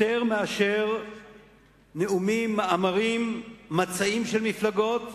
יותר מאשר בנאומים, במאמרים, במצעים של מפלגות.